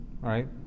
right